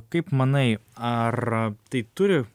kaip manai ar tai turi